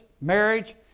marriage